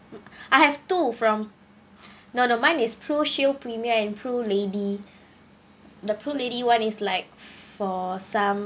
I have two from no no mine is pro shield premier and pro lady the pro lady [one] is like for some